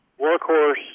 workhorse